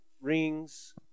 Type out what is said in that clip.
rings